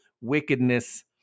wickedness